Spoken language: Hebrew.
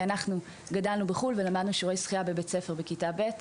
אנחנו גדלנו בחו"ל ולמדנו שיעורי שחייה בבית הספר כבר בכיתה ב'.